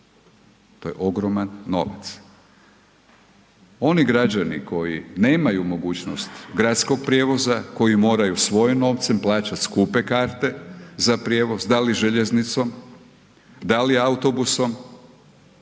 to je ogroman novac. Oni građani koji nemaju mogućnost gradskog prijevoza, koji moraju svojim novcem plaćat skupe karte za prijevoz da li željeznicom, da li autobusnom,